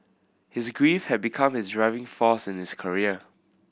his grief have become his driving force in his career